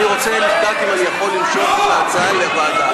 אני רוצה לדעת אם אני יכול למשוך את ההצעה לוועדה.